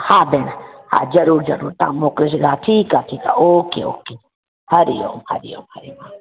हा हा भेण ज़रूरु ज़रूरु तां मोकिलिजो ठीकु आहे ठीकु आहे ओके ओके हरी ओम हरी ओम